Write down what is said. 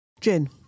gin